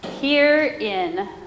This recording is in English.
herein